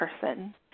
person